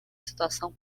situação